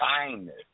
kindness